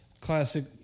classic